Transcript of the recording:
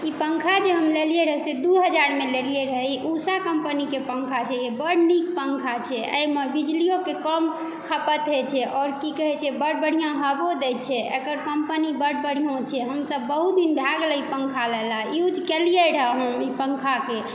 ई पंखा जे हम लेलियै रहय से दू हजारमे लेलियै रहय उषा कमपनीके पंखा छै बड़ नीक पंखा छै एहिमे बिजलियो के कम खपत होइ छै आ की कहै छै बड़ बढ़िऑं हबो दै छै एकर कम्पनी बड़ बढ़िऑं छै हम सब बहुत दिन भए गेलै ई पंखा लेला यूज केलियै रहय हम ई पंखाके